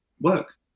work